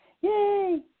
Yay